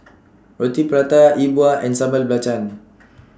Roti Prata E Bua and Sambal Belacan